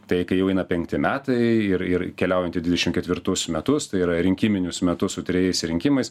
tai jau eina penkti metai ir ir keliaujant į dvidešim ketvirtus metus tai yra rinkiminius metus su trejais rinkimais